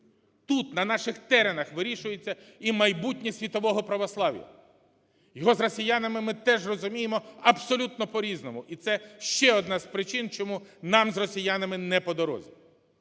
Тут, на наших теренах вирішується і майбутнє світового православ'я, його з росіянами ми теж розуміємо абсолютно по-різному, і це ще одна з причин, чому нам з росіянами не по дорозі.